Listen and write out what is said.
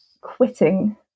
quitting